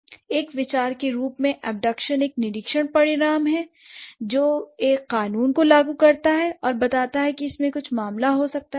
एक विचार के रूप में एबदक्शन एक निरीक्षण परिणाम है जो एक कानून को लागू करता है और बताता है कि इसमें कुछ मामला हो सकता है